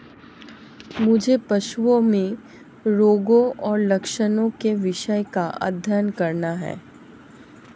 मुझे पशुओं में रोगों और लक्षणों के विषय का अध्ययन करना है